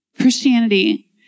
Christianity